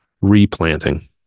replanting